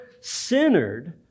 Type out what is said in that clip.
centered